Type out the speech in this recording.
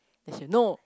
then she'll no